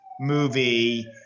movie